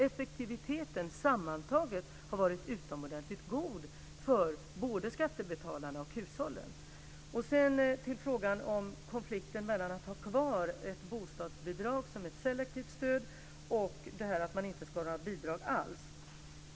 Effektiviteten har sammantaget varit utomordentligt god för både skattebetalarna och hushållen. Sedan till frågan om konflikten mellan att ha kvar ett bostadsbidrag som är ett selektivt stöd och att man inte ska ha några bidrag alls.